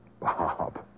Bob